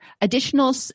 additional